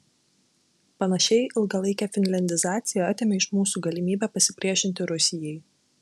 panašiai ilgalaikė finliandizacija atėmė iš mūsų galimybę pasipriešinti rusijai